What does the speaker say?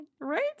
right